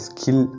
Skill